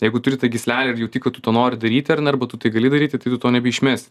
jeigu turi tą gyslelę ir jauti kad tu to nori daryti ar ne arba tu tai gali daryti tai tu to nebeišmesi